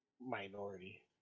minority